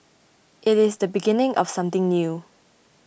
it is the beginning of something new